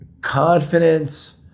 confidence